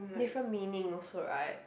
different meaning also right